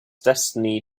destiny